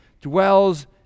dwells